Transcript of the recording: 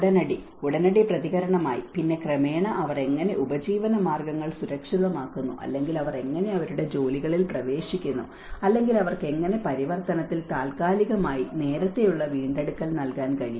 ഉടനടി ഉടനടി പ്രതികരണമായി പിന്നെ ക്രമേണ അവർ എങ്ങനെ ഉപജീവനമാർഗങ്ങൾ സുരക്ഷിതമാക്കുന്നു അല്ലെങ്കിൽ അവർ എങ്ങനെ അവരുടെ ജോലികളിൽ പ്രവേശിക്കുന്നു അല്ലെങ്കിൽ അവർക്ക് എങ്ങനെ പരിവർത്തനത്തിൽ താൽക്കാലികമായി നേരത്തെയുള്ള വീണ്ടെടുക്കൽ നൽകാൻ കഴിയും